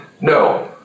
no